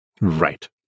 Right